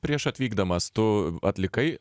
prieš atvykdamas tu atlikai